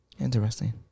Interesting